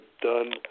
done